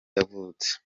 yavutse